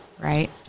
Right